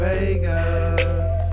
Vegas